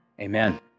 Amen